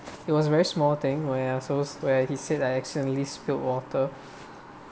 it was very small thing where I also where he said I accidentally spilt water